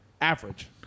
Average